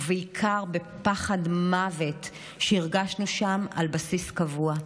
ובעיקר בפחד מוות שהרגשנו שם על בסיס קבוע.